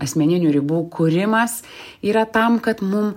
asmeninių ribų kūrimas yra tam kad mum